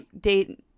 date